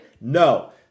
No